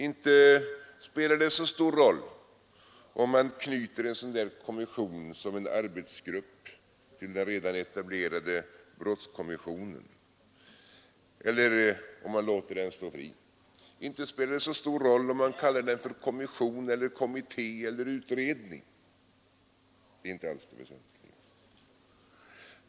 Inte spelar det så stor roll om man knyter en sådan kommission såsom en arbetsgrupp till den redan etablerade brottskommissionen eller om man låter den stå fri, och inte spelar det så stor roll om man kallar den för kommission, kommitté eller utredning — det är inte alls det väsentliga.